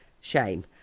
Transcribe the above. shame